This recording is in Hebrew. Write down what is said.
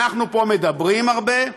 אנחנו פה מדברים הרבה,